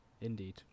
Indeed